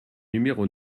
numéro